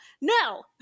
No